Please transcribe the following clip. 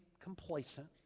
complacent